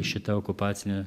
šitą okupacinę